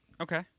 okay